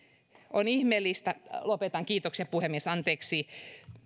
on ihmeellistä lopetan kiitoksia puhemies anteeksi